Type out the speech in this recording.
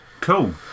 cool